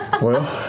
well,